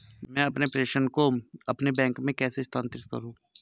मैं अपने प्रेषण को अपने बैंक में कैसे स्थानांतरित करूँ?